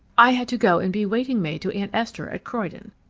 i had to go and be waiting-maid to aunt esther at croydon.